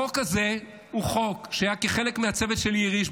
החוק הזה הוא חוק שהיה כחלק מהצוות של יאיר הירש.